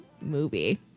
movie